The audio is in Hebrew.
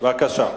בבקשה.